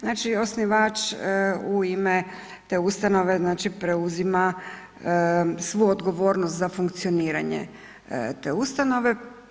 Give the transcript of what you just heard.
Znači osnivač u ime te ustanove znači preuzima svu odgovornost za funkcioniranje te ustanove.